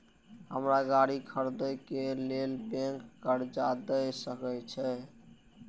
हमरा गाड़ी खरदे के लेल बैंक कर्जा देय सके छे?